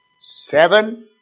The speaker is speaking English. Seven